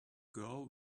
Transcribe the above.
girl